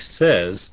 says